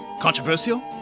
Controversial